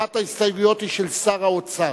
אחת ההסתייגויות היא של שר האוצר.